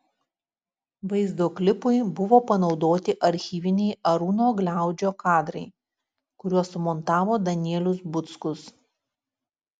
vaizdo klipui buvo panaudoti archyviniai arūno gliaudžio kadrai kuriuos sumontavo danielius buckus